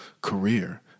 career